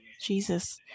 Jesus